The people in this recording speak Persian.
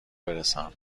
برسان